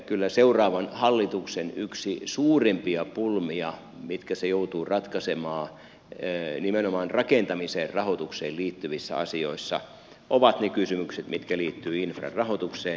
kyllä seuraavan hallituksen yksi suurimpia pulmia mitkä se joutuu ratkaisemaan nimenomaan rakentamisen rahoitukseen liittyvissä asioissa ovat ne kysymykset mitkä liittyvät infran rahoitukseen